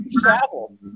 travel